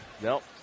Nope